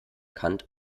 kant